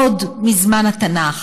עוד מזמן התנ"ך